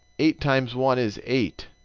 eight times one is eight.